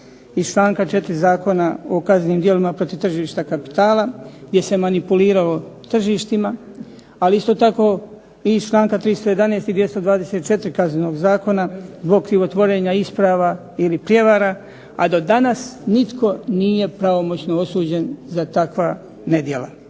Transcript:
iz članka 4. Zakona o kaznenim djelima protiv tržišta kapitala, gdje se manipuliralo tržištima, ali isto tako i iz članka 311. i 224. Kaznenog zakona zbog krivotvorenja isprava ili prijevara, a do danas nitko nije pravomoćno osuđen za takva nedjela.